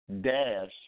dash